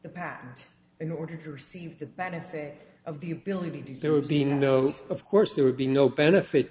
patent in order to receive the benefit of the ability to there would be no of course there would be no benefit